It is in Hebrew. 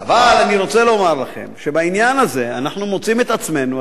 אבל אני רוצה לומר לכם שבעניין הזה אנחנו מוצאים את עצמנו,